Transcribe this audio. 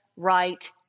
Right